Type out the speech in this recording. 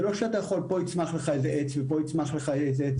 זה לא שאתה יכול שפה יצמח לך איזה עץ ופה יצמח לך איזה עץ.